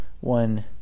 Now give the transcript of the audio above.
one